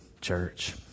church